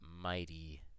mighty